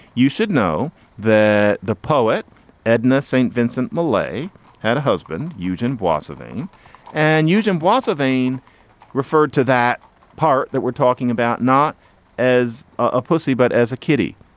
you should know that the poet edna st. vincent millay had a husband, eugene blossoming and eugene blossom vain referred to that part that we're talking about not as a pussy, but as a kitty.